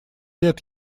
лет